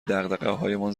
دغدغههایمان